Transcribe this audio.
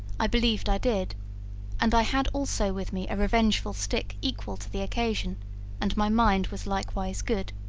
i believed i did and i had also with me a revengeful stick equal to the occasion and my mind was likewise good.